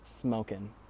smoking